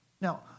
Now